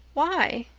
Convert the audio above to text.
why?